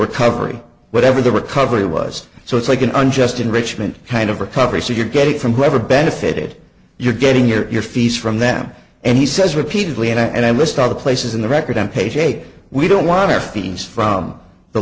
recovery whatever the recovery was so it's like an unjust enrichment kind of recovery so you get it from whoever benefited you're getting your fees from them and he says repeatedly and i list all the places in the record on page eight we don't want our fees from the